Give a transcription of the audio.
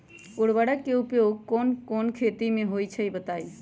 उर्वरक के उपयोग कौन कौन खेती मे होई छई बताई?